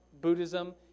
Buddhism